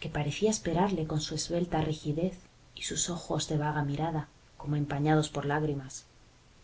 que parecía esperarle con su esbelta rigidez y sus ojos de vaga mirada como empañados por lágrimas